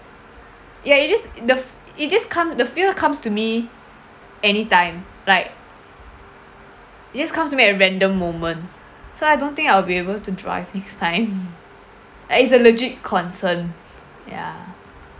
ya you just the you just come the fear comes to me anytime like it just comes to me at random moments so I don't think I'll be able to drive next time ah it's a legit concern ya